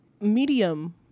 medium